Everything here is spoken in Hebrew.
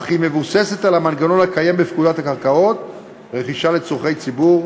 אך היא מבוססת על המנגנון הקיים בפקודת הקרקעות (רכישה לצורכי ציבור),